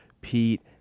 Pete